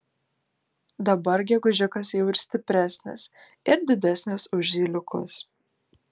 dabar gegužiukas jau ir stipresnis ir didesnis už zyliukus